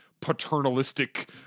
paternalistic